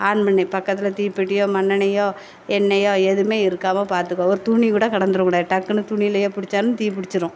on பண்ணு பக்கத்தில் தீப்பெட்டியோ மண்ணெண்ணெயோ எண்ணெயோ எதுவுமே இருக்காமல் பார்த்துக்கோ ஒரு துணி கூட கடந்துடக்கூடாது டக்குன்னு துணியிலையே பிடிச்சாலும் தீ பிடிச்சிரும்